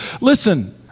Listen